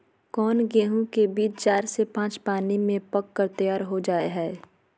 कौन गेंहू के बीज चार से पाँच पानी में पक कर तैयार हो जा हाय?